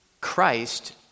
Christ